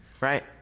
right